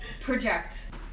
project